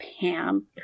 Pam